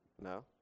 No